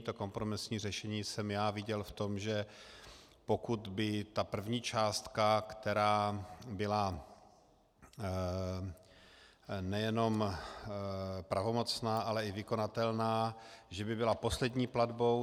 To kompromisní řešení jsem viděl v tom, že pokud by ta první částka, která byla nejenom pravomocná, ale i vykonatelná, že by byla poslední platbou.